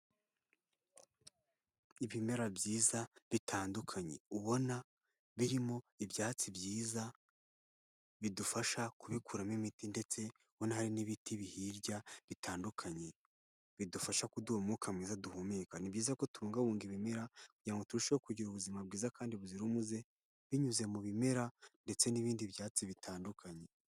Ibimera byiza bitandukanye, ubona birimo ibyatsi byiza bidufasha kubikuramo imiti ndetse ubona hari n'ibiti biri hirya bitandukanye bidufasha kuduha umwuka mwiza duhumeka. Ni byiza ko tubungabunga ibimera kugira ngo turusheho kugira ubuzima bwiza kandi buzira umuze binyuze mu bimera ndetse n'ibindi byatsi bitandukanye.